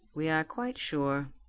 we are quite sure,